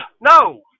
No